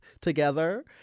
together